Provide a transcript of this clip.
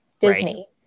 Disney